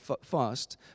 fast